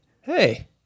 Hey